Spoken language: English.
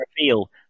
Reveal